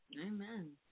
Amen